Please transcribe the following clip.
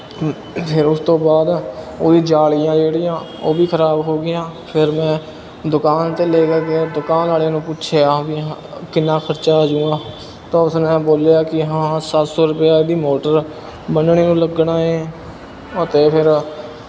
ਫਿਰ ਉਸ ਤੋਂ ਬਾਅਦ ਉਹਦੀ ਜਾਲੀਆਂ ਜਿਹੜੀਆਂ ਉਹ ਵੀ ਖਰਾਬ ਹੋਗੀਆਂ ਫਿਰ ਮੈਂ ਦੁਕਾਨ 'ਤੇ ਲੈ ਕੇ ਗਿਆ ਦੁਕਾਨ ਵਾਲਿਆਂ ਨੂੰ ਪੁੱਛਿਆ ਵੀ ਹਾਂ ਕਿੰਨਾਂ ਖਰਚਾ ਆ ਜਾਵੇਗਾ ਤਾਂ ਉਸਨੇ ਬੋਲਿਆ ਕਿ ਹਾਂ ਸੱਤ ਸੌ ਰੁਪਇਆ ਇਹਦੀ ਮੋਟਰ ਬੰਨਣੇ ਨੂੰ ਲੱਗਣਾ ਏ ਅਤੇ ਫਿਰ